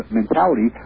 mentality